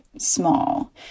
small